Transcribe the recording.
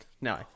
No